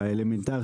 באלמנטרי,